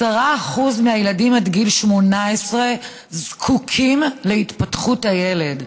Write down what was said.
10% מהילדים עד גיל 18 זקוקים להתפתחות הילד.